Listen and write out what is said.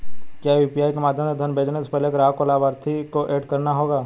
क्या यू.पी.आई के माध्यम से धन भेजने से पहले ग्राहक को लाभार्थी को एड करना होगा?